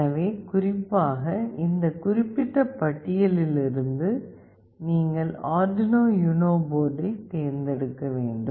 எனவே குறிப்பாக இந்த குறிப்பிட்ட பட்டியலிலிருந்து நீங்கள் ஆர்டுயினோ யுனோ போர்டைப் தேர்ந்தெடுக்க வேண்டும்